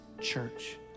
church